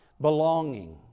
belonging